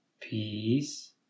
peace